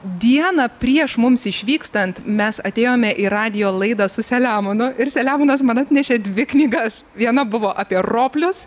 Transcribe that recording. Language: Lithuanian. dieną prieš mums išvykstant mes atėjome į radijo laidą su selemonu ir selemonas man atnešė dvi knygas viena buvo apie roplius